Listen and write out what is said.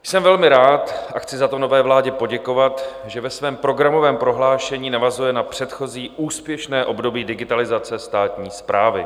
Jsem velmi rád a chci za to nové vládě poděkovat, že ve svém programovém prohlášení navazuje na předchozí úspěšné období digitalizace státní správy.